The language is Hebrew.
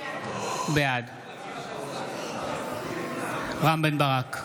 בעד רם בן ברק,